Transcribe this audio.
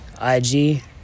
IG